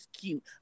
cute